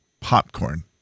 Popcorn